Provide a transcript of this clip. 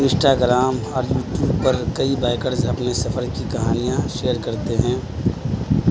Insta gram اور YouTube پر کئی بائیکرز اپنے سفر کی کہانیاں شیئر کرتے ہیں